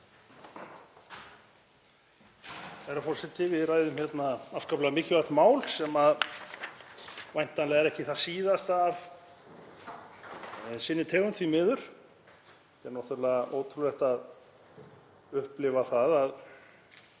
Herra forseti. Við ræðum hér afskaplega mikilvægt mál sem væntanlega er ekki það síðasta af sinni tegund, því miður. Það er náttúrlega ótrúlegt að upplifa það að